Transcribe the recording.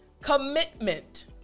Commitment